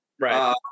Right